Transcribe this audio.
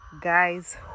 guys